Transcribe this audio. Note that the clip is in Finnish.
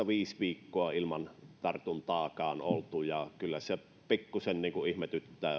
viisi viikkoa ilman tartuntaakaan oltu ja kyllä se pikkusen ihmetyttää